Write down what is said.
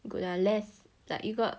good lah less like you got